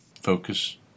focus